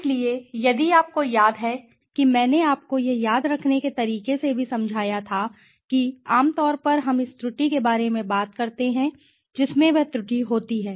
इसलिए यदि आपको याद है कि मैंने आपको यह याद रखने के तरीके से भी समझाया था कि आम तौर पर हम उस त्रुटि के बारे में बात करते हैं जिसमें वह त्रुटि होती है